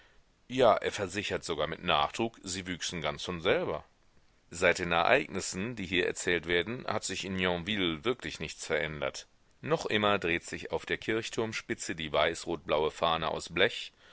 ja er versichert sogar mit nachdruck sie wüchsen ganz von selber seit den ereignissen die hier erzählt werden hat sich in yonville wirklich nichts verändert noch immer dreht sich auf der kirchturmspitze die weiß rot blaue fahne aus blech